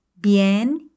bien